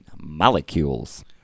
molecules